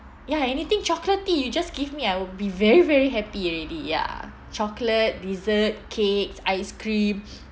ya anything chocolaty you just give me I will be very very happy already ya chocolate dessert cakes ice cream